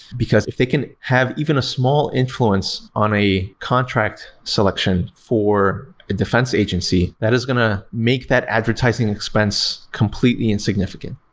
because if they can have even a small influence on a contract selection for a defense agency, that is going to make that advertising expense completely insignificant.